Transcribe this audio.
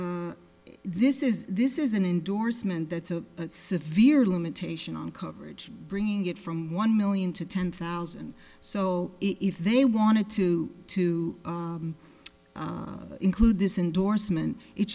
this is this is an indorsement that's a severe limitation on coverage bringing it from one million to ten thousand so if they wanted to to include this indorsement it